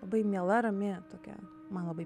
labai miela rami tokia man labai